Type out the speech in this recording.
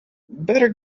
better